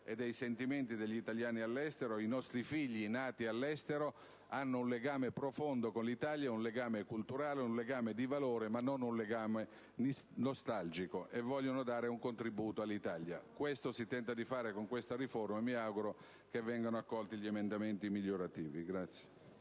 dei sentimenti degli italiani all'estero: i nostri figli nati all'estero hanno un legame profondo con l'Italia, un legame culturale, di valore, non nostalgico, e desiderano dare un contributo all'Italia. Questo si tenta di fare con la presente riforma, e mi auguro pertanto che vengano accolti gli emendamenti migliorativi.